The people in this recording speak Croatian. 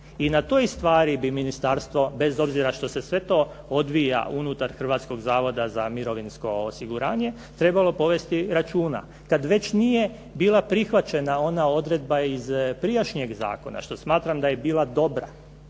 I na toj stvari bi ministarstvo, bez obzira što se sve to odvija unutar Hrvatskog zavoda za mirovinsko osiguranje, trebalo povesti računa kad već nije bila prihvaćena ona odredba iz prijašnjeg zakona, što smatram da je bila dobra,